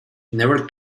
never